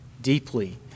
deeply